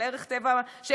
של ערך טבע מוגן,